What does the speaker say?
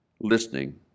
listening